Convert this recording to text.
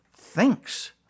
thinks